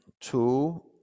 Two